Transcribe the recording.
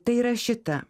tai yra šita